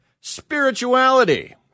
spirituality